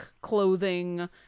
clothing